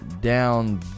down